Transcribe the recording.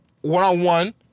one-on-one